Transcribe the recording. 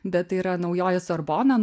bet tai yra naujoji sorbona